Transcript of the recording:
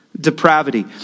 depravity